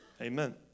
Amen